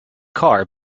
car